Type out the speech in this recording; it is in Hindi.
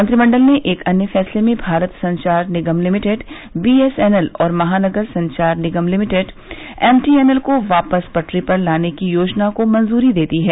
मंत्रिमंडल ने एक अन्य फैंसले में भारत संचार निगम लिमिटेड बीएसएनएल और महानगर संचार निगम लिमिटेड एमटीएनएल को वापस पटरी पर लाने की योजना को मंजूरी दे दी है